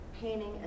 painting